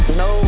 no